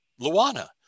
Luana